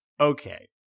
okay